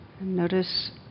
Notice